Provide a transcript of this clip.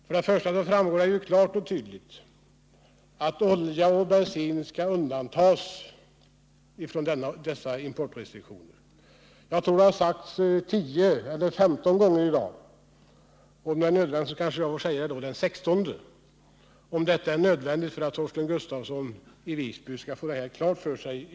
Först och främst framgår det klart och tydligt att olja och bensin skall undantas från dessa importrestriktioner. Jag tror att det har sagts tio eller femton gånger i dag. Jag får väl säga det den sextonde gången, om det är nödvändigt för att Torsten Gustafsson skall få det här klart för sig.